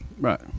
Right